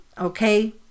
Okay